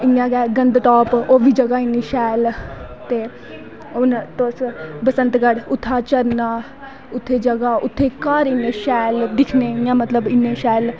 इयां गै गंदटॉप बी बी जगा इन्नी शैल ते हून बसतगढ़ उत्थें झरनां उत्थें जगा उत्तें घर इन्ने शैल दिक्खनें गी मतलव इन्ने शैल